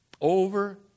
Over